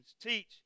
teach